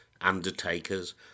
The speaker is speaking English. undertakers